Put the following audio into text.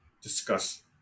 discuss